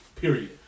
Period